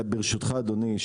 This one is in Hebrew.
ברשותך אדוני,